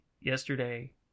yesterday